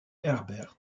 herbert